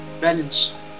Balance